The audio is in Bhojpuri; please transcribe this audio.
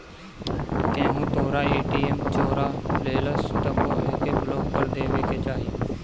केहू तोहरा ए.टी.एम चोरा लेहलस तबो एके ब्लाक कर देवे के चाही